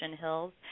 Hills